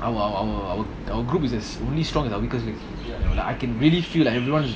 our our our group is as only strong as our weakest link like I can really feel like everyone's